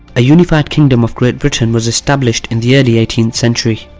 a unified kingdom of great britain was established in the early eighteenth century.